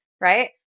Right